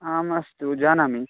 आम् अस्तु जानामि